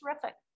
terrific